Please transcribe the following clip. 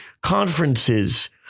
conferences